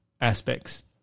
aspects